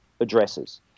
addresses